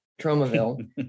Tromaville